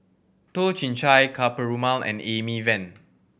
Toh Chin Chye Ka Perumal and Amy Van